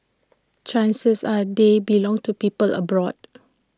chances are they belong to people abroad